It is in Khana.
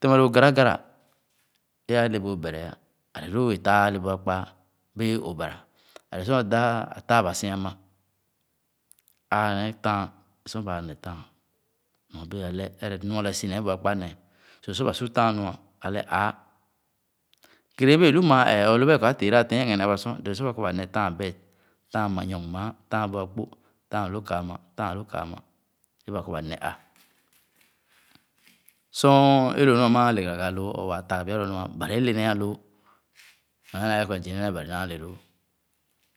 Tɛma loo garagara é'alẽ bu obɛrɛ ále lóó o'bẽẽ tãa é ale bu akpa'a, be͂e͂ ye òbarà, alẽ sor o'dã atããbasi amà, aa nee tããn sah ba neh tããn, nyorbe͂e͂ alɛ ere nu alɛ si nee bu akpà néé. So sor ba su tããn nua, alɛ aa; kèrè e'e͂e͂ lu maa-ee or lõ bae lɔ a'teera tɛɛn ɛghɛne abàsor, dõõ sor ba kɔ ba ne tããn belt, tããn ayong maa, tããn bu akpo, tããn lõõ kama, e'ba kɔ ba neh ã Sor lõ nu ama ale gara ghilõõ or wãã taa pya lo nu'a, Bari é le nee ahoo. Meh naa ere kwene zii néé ã Bari naa le lõõ,